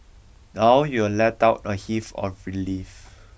now you will let out a heave of relief